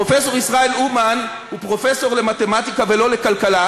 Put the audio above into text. פרופסור ישראל אומן הוא פרופסור למתמטיקה ולא לכלכלה,